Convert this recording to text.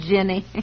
Jenny